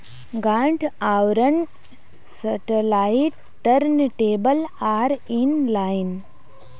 गांठ आवरण satellite turn table आर इन लाइन